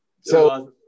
So-